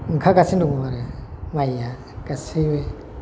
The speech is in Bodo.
ओंखारगासिनो दङ आरो माइआ गासैबो